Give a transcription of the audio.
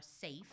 safe